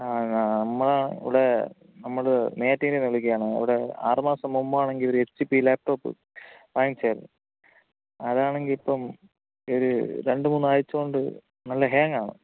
ആ നമ്മളാണ് ഇവിടെ നമ്മള് നെയ്യാറ്റിന്കരയില്നിന്നു വിളിക്കുകയാണ് ഇവിടെ ആറു മാസം മുമ്പ് ആണെങ്കില് ഒരു എച്ച് പി ലാപ്ടോപ്പ് വാങ്ങിച്ചായിരുന്നു അതാണെങ്കില് ഇപ്പോള് ഒരു രണ്ടു മൂന്നാഴ്ചകൊണ്ടു നല്ല ഹാങ്ങാണ്